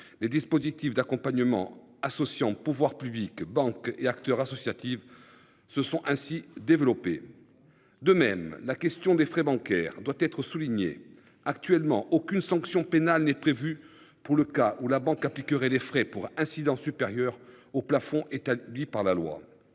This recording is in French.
les dispositifs d'accompagnement associant pouvoirs publics, banques et acteurs associatifs se sont ainsi développer. De même la question des frais bancaires doit être souligné actuellement aucune sanction pénale n'est prévue pour le cas où la banque appliquerait les frais pour incidents supérieurs au plafond est à lui par la loi.